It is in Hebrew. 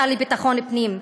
השר לביטחון פנים.